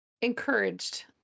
encouraged